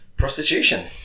Prostitution